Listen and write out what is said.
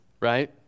right